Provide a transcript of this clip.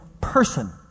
person